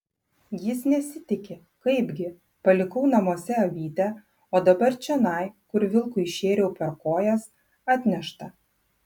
jis nesitiki kaipgi palikau namuose avytę o dabar čionai kur vilkui šėriau per kojas atnešta